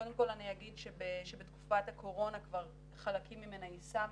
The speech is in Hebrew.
קודם כל אני אגיד שבתקופת הקורונה כבר חלקים ממנה יישמנו,